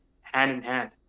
hand-in-hand